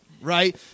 right